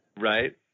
Right